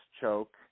choke